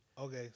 Okay